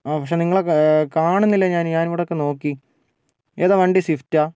ആ പക്ഷെ നിങ്ങളെ കാണുന്നില്ല ഞാൻ ഞാനിവിടെയൊക്കെ നോക്കി ഏതാണ് വണ്ടി സ്വിഫ്റ്റാണോ